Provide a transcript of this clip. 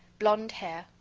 blonde hair,